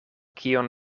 kion